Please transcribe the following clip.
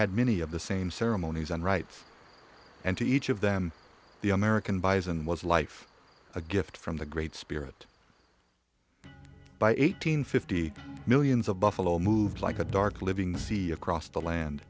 had many of the same ceremonies and rites and to each of them the american buys and was life a gift from the great spirit by eight hundred fifty millions of buffalo moved like a dark living see across the land